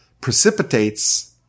precipitates